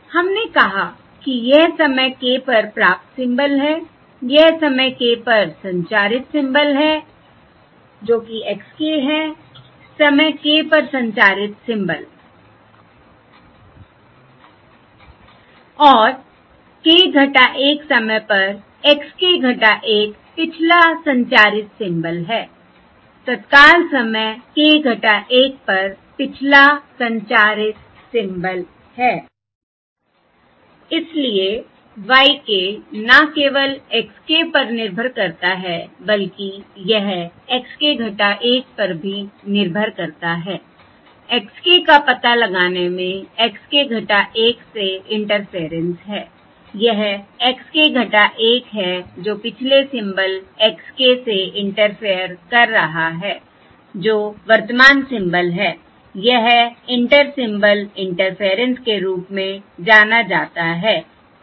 हमने कहा कि यह समय k पर प्राप्त सिंबल है यह समय k पर संचारित सिंबल है जो कि x k है समय k पर संचारित सिंबल और k - 1 समय पर x k - 1 पिछला संचारित सिंबल है तत्काल समय k - 1 पर पिछला संचारित सिंबल हैI इसलिए y k न केवल x k पर निर्भर करता है बल्कि यह x k - 1 पर भी निर्भर करता है I x k का पता लगाने में x k 1 से इंटरफेयरेंस है यह x k 1 है जो पिछले सिंबल x k से इंटरफेयर कर रहा है जो वर्तमान सिंबल है यह इंटर सिंबल इंटरफेयरेंस के रूप में जाना जाता है सही है